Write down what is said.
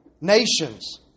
nations